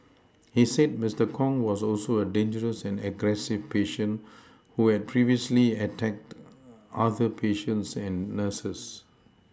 he said Mister Kong was also a dangerous and aggressive patient who had previously attacked other patients and nurses